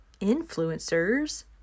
influencers